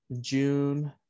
June